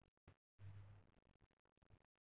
పత్తి లో వచ్చే ఆంగులర్ ఆకు మచ్చ తెగులు కు నివారణ ఎంటి?